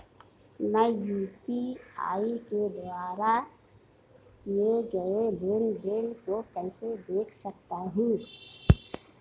मैं यू.पी.आई के द्वारा किए गए लेनदेन को कैसे देख सकता हूं?